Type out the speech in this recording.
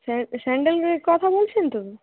স্যান্ডেলের কথা বলছেন তো